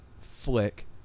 flick